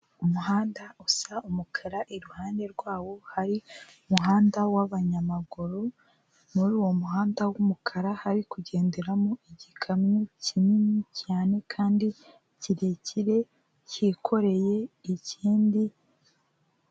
Umuhanda usa umukara iruhande rwawo hari umuhanda w'abanyamaguru, muri uwo muhanda w'umukara hari kugenderamo igikamyo kinini cyane kandi kirekire kikoreye ikindi.